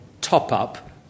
top-up